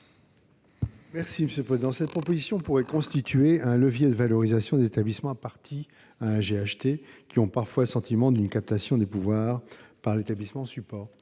de la commission ? Cette proposition pourrait constituer un levier de valorisation des établissements parties à un GHT, qui ont parfois le sentiment d'une captation du pouvoir par l'établissement support.